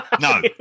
No